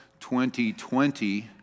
2020